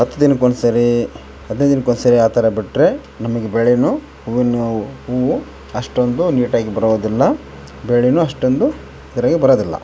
ಹತ್ತು ದಿನಕ್ಕೆ ಒಂದು ಸರೀ ಹದಿನೈದು ದಿನಕ್ಕೆ ಒಂದು ಸರಿ ಆ ಥರ ಬಿಟ್ಟರೆ ನಮ್ಗೆ ಬೆಳೆ ಹೂವುನು ಹೂವು ಅಷ್ಟೊಂದು ನೀಟಾಗಿ ಬರೋದಿಲ್ಲ ಬೆಳೆನು ಅಷ್ಟೊಂದು ಸರಿಯಾಗೆ ಬರೋದಿಲ್ಲ